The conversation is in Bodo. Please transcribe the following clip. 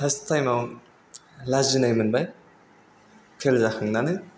फार्स टाइमआव लाजिनाय मोबाय फेल जाखांनानै